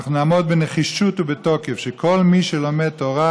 אנחנו נעמוד בנחישות ובתוקף שכל מי שלומד תורה,